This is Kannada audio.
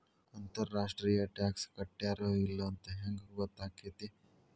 ಅಂತರ್ ರಾಷ್ಟ್ರೇಯ ಟಾಕ್ಸ್ ಕಟ್ಟ್ಯಾರೋ ಇಲ್ಲೊಂತ್ ಹೆಂಗ್ ಹೊತ್ತಾಕ್ಕೇತಿ?